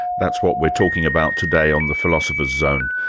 that's what we're talking about today on the philosopher's zone.